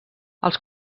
els